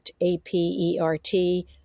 A-P-E-R-T